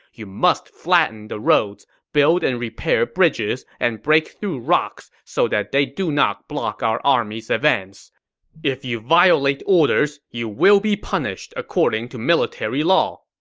you must flatten the roads, build and repair bridges, and break through rocks so that they do not block our army. so if you violate orders, you will be punished according to military law.